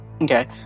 Okay